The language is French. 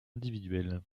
individuel